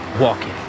walking